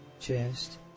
chest